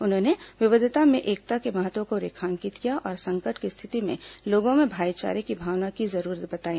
उन्होंने विविधता में एकता के महत्व को रेखांकित किया और संकट की स्थिति में लोगों में भाईचारे की भावना की जरूरत बताई